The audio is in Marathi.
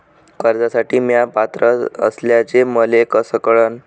कर्जसाठी म्या पात्र असल्याचे मले कस कळन?